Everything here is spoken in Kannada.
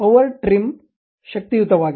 power trim ಶಕ್ತಿಯುತವಾಗಿದೆ